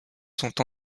sont